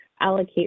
allocate